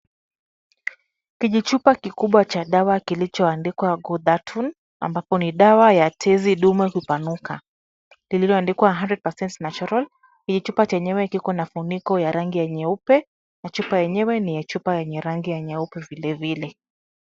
Kijichupa kikubwa cha dawa kilichoandikwa Gudaton, ambapo ni dawa ya tezi dume kupanuka, lililoandikwa hundred percent natural . Hii chupa chenyewe liko na funiko ya rangi nyeupe na chupa yenyewe ni ya chupa ya rangi nyeupe vile vile.